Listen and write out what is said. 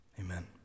Amen